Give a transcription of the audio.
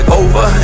over